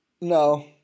No